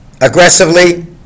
aggressively